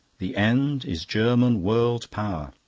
the end is german world-power,